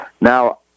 Now